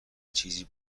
چیزی